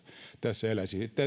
tässä eläisi